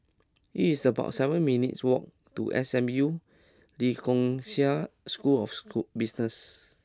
it's about seven minutes' walk to S M U Lee Kong Chian School of Business